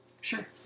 Sure